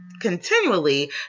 continually